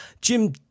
Jim